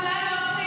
ספק.